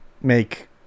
make